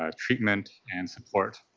ah treatment, and support.